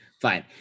fine